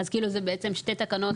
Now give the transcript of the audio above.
אז כאילו, זה בעצם שני סטים